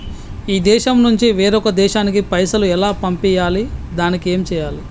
ఈ దేశం నుంచి వేరొక దేశానికి పైసలు ఎలా పంపియ్యాలి? దానికి ఏం చేయాలి?